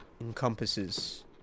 encompasses